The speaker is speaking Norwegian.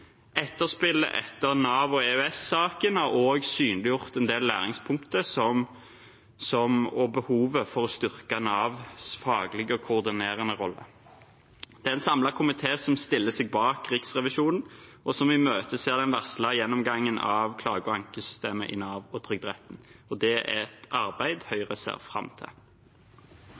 Etterspillet etter Nav- og EØS-saken har også synliggjort en del læringspunkter og behovet for å styrke Navs faglige og koordinerende rolle. Det er en samlet komité som stiller seg bak Riksrevisjonen, og som imøteser den varslede gjennomgangen av klage- og ankesystemet i Nav og Trygderetten. Det er et arbeid Høyre ser fram til.